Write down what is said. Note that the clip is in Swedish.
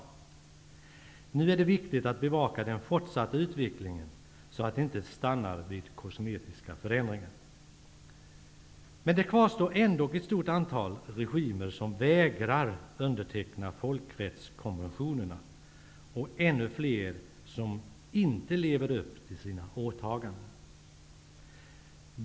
Nu är det viktigt att bevaka den fortsatta utvecklingen, så att det inte stannar vid kosmetiska förändringar. Det kvarstår ändock ett stort antal regimer som vägrar underteckna folkrättskonventionerna och ännu fler som inte lever upp till sina åtaganden.